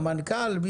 המנכ"ל?